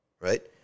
right